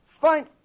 Fine